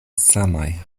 samaj